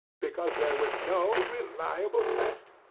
because there was no reliable test.